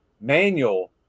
manual